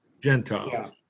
Gentiles